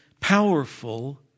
powerful